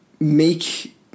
make